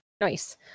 Nice